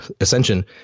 ascension